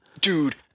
Dude